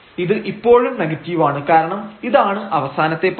ഇത് ഇപ്പോഴും നെഗറ്റീവാണ് കാരണം ഇതാണ് അവസാനത്തെ പദം